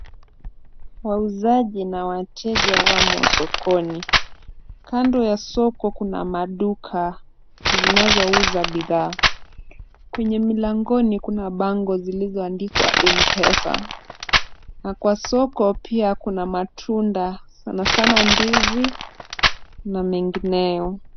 Wauzaji na wateja wamo sokoni. Kando ya soko kuna maduka zinazouza bidhaa. Kwenye milangoni kuna bango zilizoandikwa M-Pesa na kwa soko pia kuna matunda sanasana ndizi na mengineo.